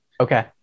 Okay